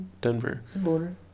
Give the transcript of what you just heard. Denver